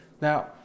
Now